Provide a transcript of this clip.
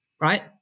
right